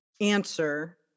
answer